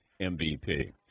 MVP